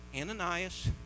Ananias